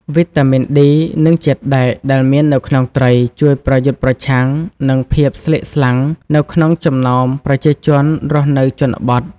វីតាមីន D និងជាតិដែកដែលមាននៅក្នុងត្រីជួយប្រយុទ្ធប្រឆាំងនឹង ភាពស្លេកស្លាំង នៅក្នុងចំណោមប្រជាជនរស់នៅជនបទ។